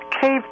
cave